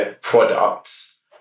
products